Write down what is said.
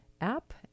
app